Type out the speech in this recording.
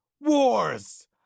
Wars